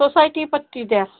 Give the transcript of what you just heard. society पत्ती द्या